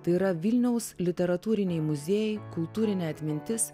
tai yra vilniaus literatūriniai muziejai kultūrinė atmintis